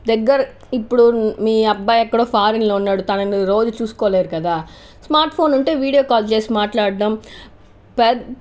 దగ్గర ఇప్పుడు మీ అబ్బాయి ఎక్కడో ఫారెన్లో ఉన్నాడు తనని రోజు చూసుకోలేరు కదా స్మార్ట్ ఫోన్ ఉంటే వీడియో కాల్ చేసి మాట్లాడడం